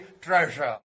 treasure